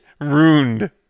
Ruined